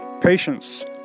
Patience